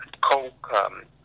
Coke